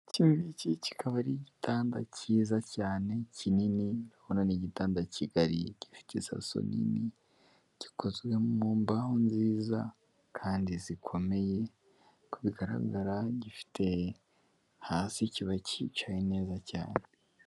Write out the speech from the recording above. Iki ngiki kikaba ari igitanda cyiza cyane kinini, urabona ni igitanda kigari, gifite isaso nini, gikozwe mu mbaho nziza kandi zikomeye, uko bigaragara gifite, hasi kiba kicaye neza cyane.